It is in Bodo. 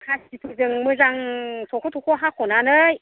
खासिफोरजों मोजां थख' थख' हाख'नानै